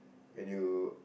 and you